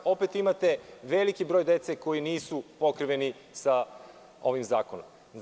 Opet imate veliki broj dece koja nisu pokrivena sa ovim zakonom.